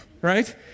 right